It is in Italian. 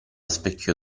specchio